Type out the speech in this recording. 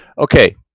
Okay